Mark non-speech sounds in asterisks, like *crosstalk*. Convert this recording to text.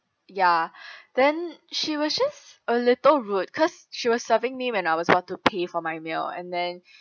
ya *breath* then she was just a little rude cause she was serving me when I was about to pay for my meal and then *breath*